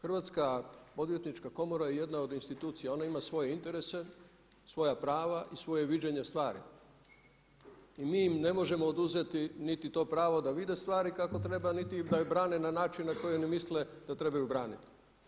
Hrvatska odvjetnička komora je jedna od institucija, ona ima svoje interese, svoja prava i svoje viđenje stvari i mi im ne možemo oduzeti niti to pravo da vide stvari kako treba niti da ju brane na način na koji ne misle da trebaju braniti.